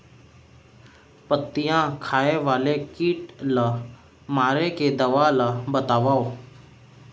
पत्तियां खाए वाले किट ला मारे के दवा ला बतावव?